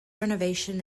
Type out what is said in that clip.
renovation